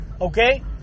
Okay